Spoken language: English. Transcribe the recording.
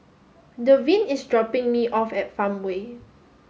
Devyn is dropping me off at Farmway